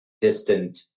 distant